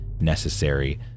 necessary